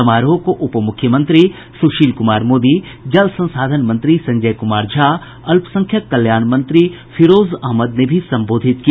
समारोह को उप मुख्यमंत्री सुशील कुमार मोदी जल संसाधन मंत्री संजय झा अल्पसंख्यक कल्याण मंत्री फिरोज अहमद ने भी संबोधित किया